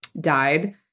died